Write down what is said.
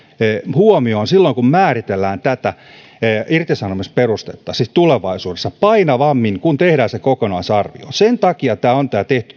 huomioon silloin kun määritellään tätä irtisanomisperustetta siis tulevaisuudessa painavammin kun tehdään se kokonaisarvio sen takia tämä pykälämuutos on tehty